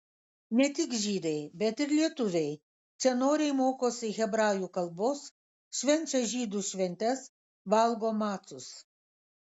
ne tik žydai bet ir lietuviai čia noriai mokosi hebrajų kalbos švenčia žydų šventes valgo macus